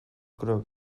creo